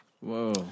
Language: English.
Whoa